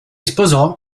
sposò